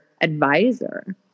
advisor